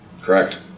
Correct